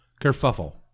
Kerfuffle